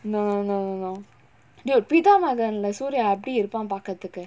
no no no no dude pithamagan lah sooriya எப்புடி இருப்பா பாக்குரதுக்கு:eppudi iruppaa paakkurathukku